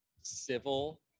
civil